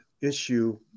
issue